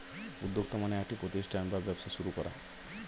উদ্যোক্তা মানে একটি প্রতিষ্ঠান বা ব্যবসা শুরু করা